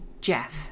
Jeff